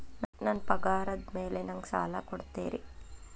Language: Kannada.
ನನ್ನ ಪಗಾರದ್ ಮೇಲೆ ನಂಗ ಸಾಲ ಕೊಡ್ತೇರಿ?